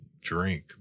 drink